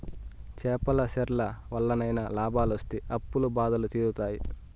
చేపల చెర్ల వల్లనైనా లాభాలొస్తి అప్పుల బాధలు తీరుతాయి